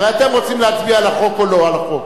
הרי אתם רוצים להצביע על החוק או לא על החוק.